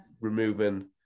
removing